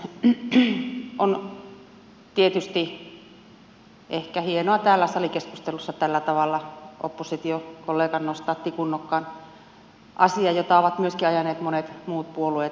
on tietysti ehkä hienoa täällä salikeskustelussa tällä tavalla oppositiokollegan nostaa tikunnokkaan asia jota ovat ajaneet myöskin monet muut puolueet